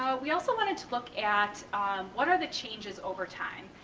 so we also wanted to look at what are the changes over time,